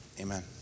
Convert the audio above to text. Amen